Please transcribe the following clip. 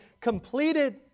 completed